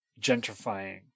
gentrifying